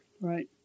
Right